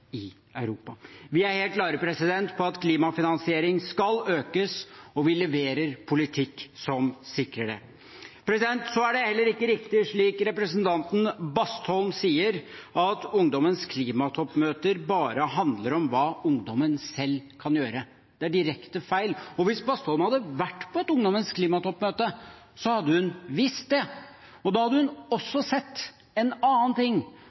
i Europa. Vi er helt klare på at klimafinansiering skal økes, og vi leverer politikk som sikrer det. Det er heller ikke riktig, det som representanten Bastholm sier, at ungdommens klimatoppmøter bare handler om hva ungdommen selv kan gjøre. Det er direkte feil. Hvis Bastholm hadde vært på et ungdommens klimatoppmøte, hadde hun visst det. Da hadde hun også sett en annen ting,